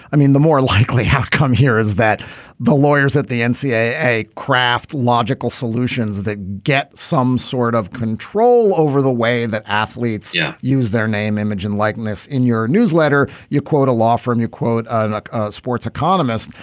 i mean the more likely have come here is that the lawyers that the and ncaa craft logical solutions that get some sort of control over the way that athletes yeah use their name image and likeness in your newsletter you quote a law firm you quote and like sports economist.